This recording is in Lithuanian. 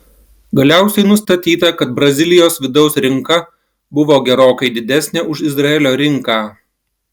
galiausiai nustatyta kad brazilijos vidaus rinka buvo gerokai didesnė už izraelio rinką